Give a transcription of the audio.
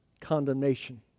condemnation